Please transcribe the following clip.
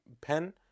pen